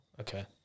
Okay